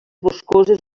boscoses